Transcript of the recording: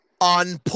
on